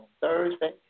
Thursday